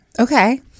Okay